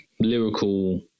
lyrical